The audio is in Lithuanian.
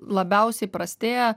labiausiai prastėja